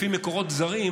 לפי מקורות זרים,